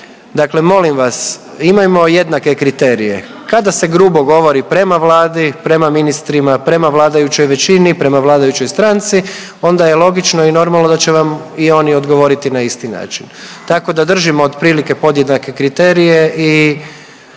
Dakle, molim vas imajmo jednake kriterije. Kada se grubo govori prema Vladi, prema ministrima, prema vladajućoj većini, prema vladajućoj stranci onda je logično i normalno da će vam i oni odgovoriti na isti način. Tako da držimo otprilike podjednake kriterije i